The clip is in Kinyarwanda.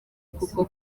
kuko